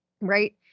Right